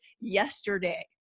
yesterday